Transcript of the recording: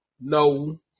No